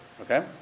okay